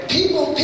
People